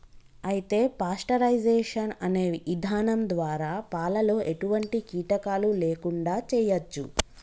అయితే పాస్టరైజేషన్ అనే ఇధానం ద్వారా పాలలో ఎటువంటి కీటకాలు లేకుండా చేయచ్చు